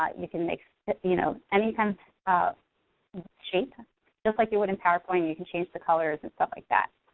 ah you can make so you know any kinds of shape just like you would in powerpoint. you can change the colors and stuff like that,